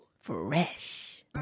Fresh